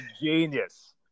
genius